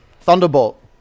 Thunderbolt